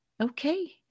Okay